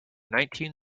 nineteen